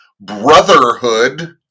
brotherhood